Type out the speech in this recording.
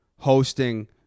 Hosting